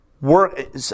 work